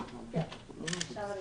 לעצמאים